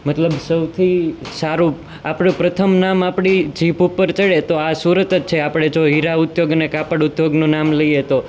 મતલબ સૌથી સારું આપણું પ્રથમ નામ આપણી જીભ ઉપર ચડે તો આ સુરત જ છે આપણે જો હીરા ઉદ્યોગને કાપડ ઉદ્યોગનું નામ લઈએ તો